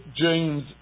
James